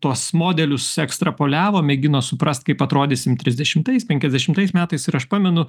tuos modelius ekstrapoliavo mėgino suprast kaip atrodysimim trisdešimtais penkiasdešimtais metais ir aš pamenu